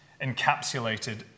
encapsulated